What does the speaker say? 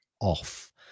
off